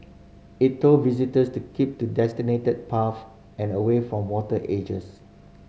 it told visitors to keep to designated paths and away from water edges